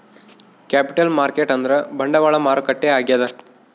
capital market ಅಂದ್ರ ಬಂಡವಾಳ ಮಾರುಕಟ್ಟೆ ಆಗ್ಯಾದ